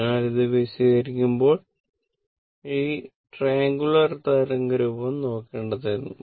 അതിനാൽ ഇത് വിശദീകരിക്കുമ്പോൾ ഈ ട്രെയ്നഗുലർ തരംഗരൂപം നോക്കെണ്ടതായിരുന്നു